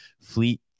fleet